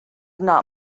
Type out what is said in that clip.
not